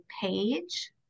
page